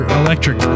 electric